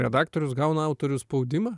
redaktorius gauna autorių spaudimą